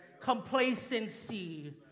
complacency